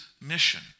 mission